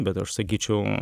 bet aš sakyčiau